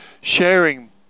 sharing